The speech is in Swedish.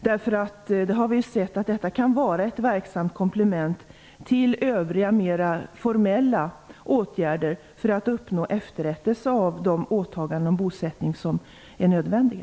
Vi har sett att detta kan vara ett verksamt komplement till övriga mer formella åtgärder för att uppnå efterrättelse av de åtaganden om bosättning som är nödvändiga.